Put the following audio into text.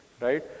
right